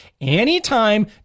anytime